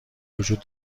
وجود